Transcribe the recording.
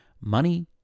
money